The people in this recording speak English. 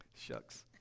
Shucks